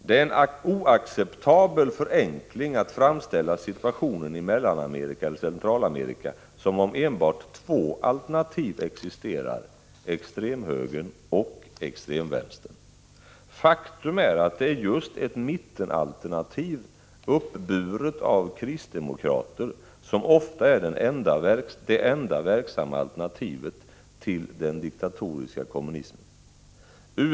Det är en oacceptabel förenkling att framställa situationen i Mellaneller Centralamerika som om enbart två alternativ existerar: extremhögern och extremvänstern. Faktum är att det är just mittenalternativet, uppburet av kristdemokrater, som ofta är det enda verksamma alternativet till den diktatoriska kommunismen.